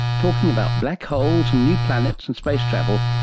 talking about black holes and new planets and space travel,